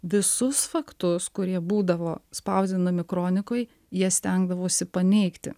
visus faktus kurie būdavo spausdinami kronikoj jie stengdavosi paneigti